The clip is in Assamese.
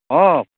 অঁ